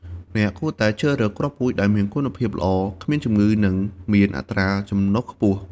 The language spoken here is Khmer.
អ្នកគួរតែជ្រើសរើសគ្រាប់ពូជដែលមានគុណភាពល្អ គ្មានជំងឺ និងមានអត្រាចំណុះខ្ពស់។